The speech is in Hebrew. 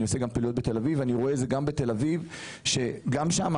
אני עושה שם פעילויות ורואה את זה גם בתל אביב שגם שם